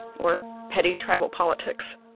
or petty tribal politics.